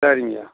சரிங்க